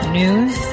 news